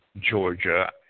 Georgia